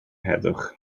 heddwch